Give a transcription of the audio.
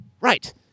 Right